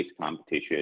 Competition